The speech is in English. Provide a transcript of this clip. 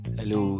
Hello